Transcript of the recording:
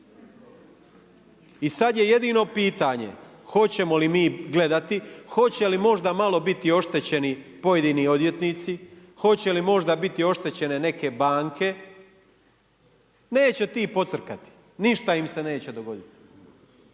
I sada je jedino pitanje hoćemo li mi gledati, hoće li možda malo biti oštećeni pojedini odvjetnici, hoće li možda biti oštećene neke banke. Neće ti pocrkati, ništa im se neće dogoditi,